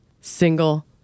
single